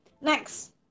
next